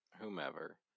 whomever